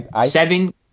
Seven